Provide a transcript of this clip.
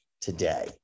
today